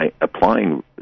applying